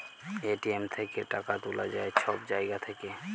ATM থ্যাইকে টাকা তুলা যায় ছব জায়গা থ্যাইকে